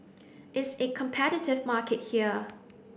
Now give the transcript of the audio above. it's a competitive market here